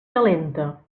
calenta